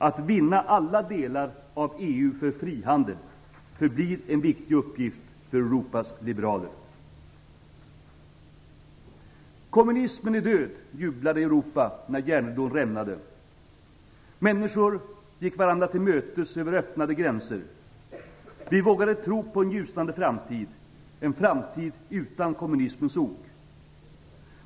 Att vinna alla delar av EU för frihandel förblir en viktig uppgift för Europas liberaler. "Kommunismen är död!" jublade Europa när järnridån rämnade. Människor gick varandra till mötes över öppnade gränser. Vi vågade tro på en ljusnande framtid - en framtid utan kommunismens ok.